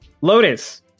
Lotus